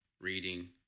reading